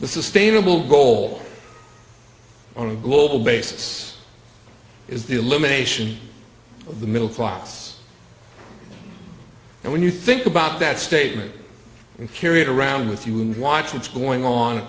the sustainable goal on a global basis is the elimination of the middle class and when you think about that statement and carry it around with you and watch what's going on